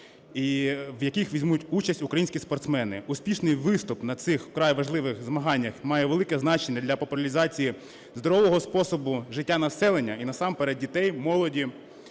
в яких візьмуть участь українські спортсмени. Успішний виступ на цих вкрай важливих змаганнях має велике значення для популяризації здорового способу життя населення, і насамперед дітей, молоді,